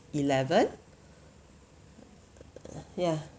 eleven yeah